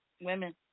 Women